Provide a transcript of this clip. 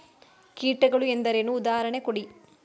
ಕೀಟಗಳು ಎಂದರೇನು? ಉದಾಹರಣೆ ಕೊಡಿ?